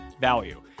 value